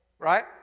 Right